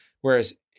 whereas